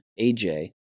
AJ